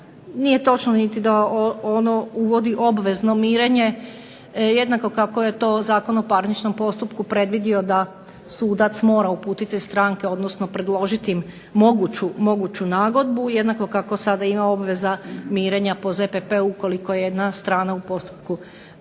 Nije točno da ono uvodi obvezno mirenje, jednako kako je to Zakon o parničnom postupku predvidio da sudac mora uputiti stranke odnosno predložiti im moguću nagodbu, jednako kako sada ima obveza mirenja po ZPP-u ukoliko jedna strana u postupku država.